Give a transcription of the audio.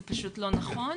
זה פשוט לא נכון.